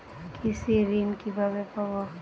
কৃষি ঋন কিভাবে পাব?